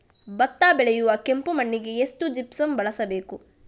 ಭತ್ತ ಬೆಳೆಯುವ ಕೆಂಪು ಮಣ್ಣಿಗೆ ಎಷ್ಟು ಜಿಪ್ಸಮ್ ಬಳಸಬೇಕು?